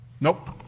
Nope